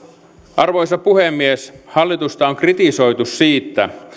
arvoisa puhemies hallitusta on kritisoitu siitä